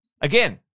again